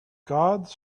gods